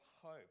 hope